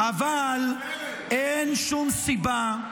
אבל אין שום סיבה,